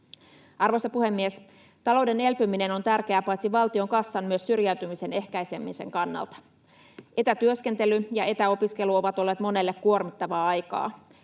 Arvoisa puhemies! Talouden elpyminen on tärkeää paitsi valtion kassan myös syrjäytymisen ehkäisemisen kannalta. Etätyöskentely ja etäopiskelu ovat olleet monelle kuormittavaa aikaa.